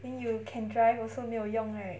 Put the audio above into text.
then you can drive also 没有用 right